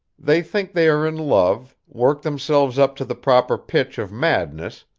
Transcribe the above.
they think they are in love, work themselves up to the proper pitch of madness,